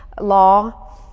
law